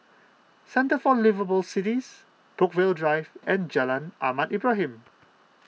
Centre for Liveable Cities Brookvale Drive and Jalan Ahmad Ibrahim